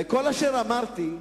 כל אשר אמרתי,